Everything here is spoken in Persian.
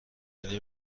دیگه